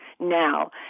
now